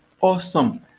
Awesome